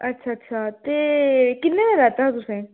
अच्छा अच्छा ते किन्ने दा लैता हा तुसें